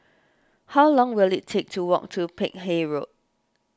how long will it take to walk to Peck Hay Road